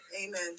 Amen